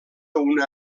una